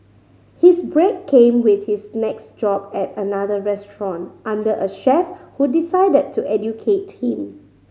his break came with his next job at another restaurant under a chef who decided to educate him